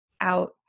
out